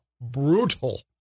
brutal